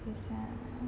等一下啊